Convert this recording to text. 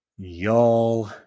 Y'all